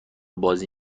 بازی